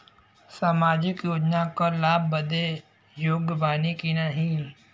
सामाजिक योजना क लाभ बदे योग्य बानी की नाही?